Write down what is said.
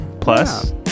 plus